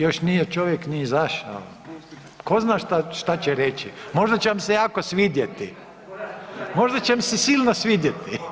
Još nije čovjek ni izašao, tko zna šta će reći, možda će vam se jako svidjeti, možda će vam se silno svidjeti.